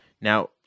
Now